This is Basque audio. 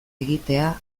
egitea